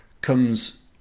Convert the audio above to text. comes